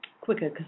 quicker